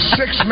six